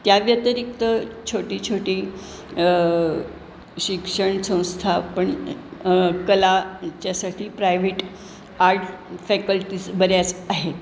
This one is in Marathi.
त्या व्यतिरिक्त छोटी छोटी शिक्षण संस्था पण कलाच्यासाठी प्रायव्हेट आर्ट फॅकल्टीज बऱ्याच आहे